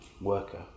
worker